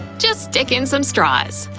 just stick in some straws!